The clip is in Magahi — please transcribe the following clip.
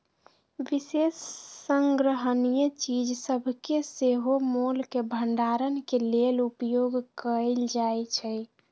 विशेष संग्रहणीय चीज सभके सेहो मोल के भंडारण के लेल उपयोग कएल जाइ छइ